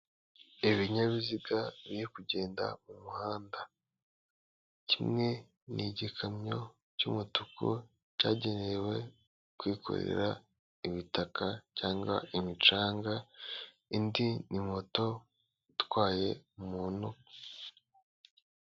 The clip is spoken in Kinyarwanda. Ibinyabiziga biri kugenda mu muhanda, kimwe n'igikamyo cy'umutuku cyagenewe kwikorera ibitaka cyangwa imicanga, indi ni moto itwaye umuntu.